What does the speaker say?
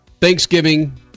Thanksgiving